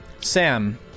Sam